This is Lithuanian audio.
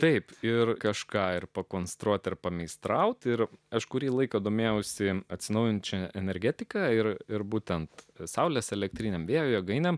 taip ir kažką ir konstruoti ir meistrauti ir aš kurį laiką domėjausi atsinaujinančią energetiką ir ir būtent saulės elektrinių vėjo jėgaines